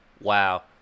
Wow